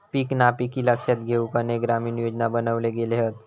पीक नापिकी लक्षात घेउन अनेक ग्रामीण योजना बनवले गेले हत